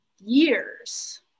years